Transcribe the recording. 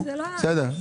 זה לא מה שאמר היושב ראש.